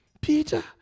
Peter